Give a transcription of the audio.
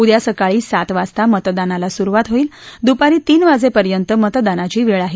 उद्या सकाळी सात वाजता मतदानाला सुरुवात होईल दुपारी तीन वाजेपर्यंत मतदानाची वेळ आहे